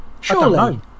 Surely